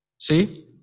see